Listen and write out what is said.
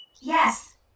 Yes